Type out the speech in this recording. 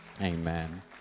Amen